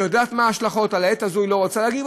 היא יודעת מה ההשלכות ולעת הזאת היא לא רוצה להגיד,